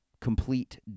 complete